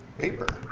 paper.